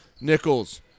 Nichols